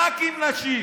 רק עם נשים,